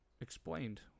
explained